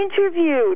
interviewed